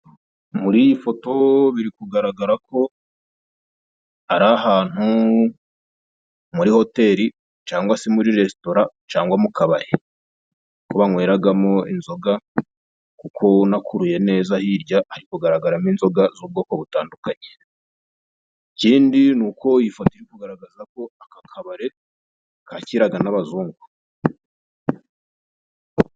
Muri iyi foto biri kugaragara ko ari ahantu muri hoteri, cangwa se muri resitora, cangwa mu kabari kuko banyweragamo inzoga kuko unakuruye neza hirya hari kugaragaramo inzoga z'ubwoko butandukanye, ikindi ni uko iyi foto iri kugaragaza ko aka kabare kakiraga n'abazungu.